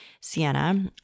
Sienna